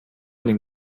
den